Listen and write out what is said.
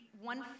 one